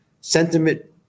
Sentiment